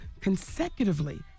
consecutively